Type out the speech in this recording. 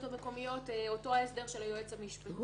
המקומיות אותו הסדר של היועץ המשפטי.